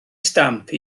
stamp